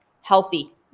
healthy